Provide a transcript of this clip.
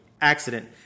accident